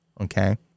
Okay